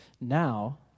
Now